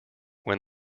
when